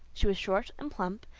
she was short and plump,